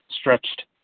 stretched